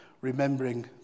remembering